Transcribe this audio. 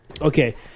Okay